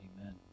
amen